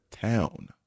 town